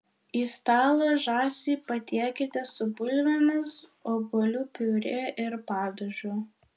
į stalą žąsį patiekite su bulvėmis obuolių piurė ir padažu